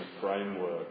framework